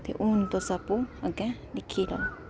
ते हून तुस आपूं अग्गै दिक्खी लैओ